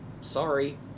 Sorry